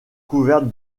couverte